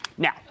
Now